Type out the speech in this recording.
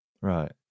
Right